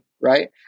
right